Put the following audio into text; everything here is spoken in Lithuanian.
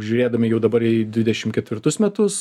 žiūrėdami jau dabar į dvidešim ketvirtus metus